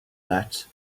that